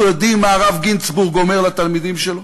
אנחנו יודעים מה הרב גינזבורג אומר לתלמידים שלו